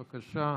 בבקשה,